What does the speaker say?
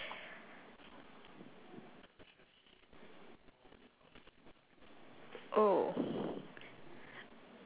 oh